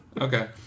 Okay